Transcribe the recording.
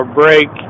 break